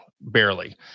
barely